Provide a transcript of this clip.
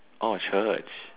orh Church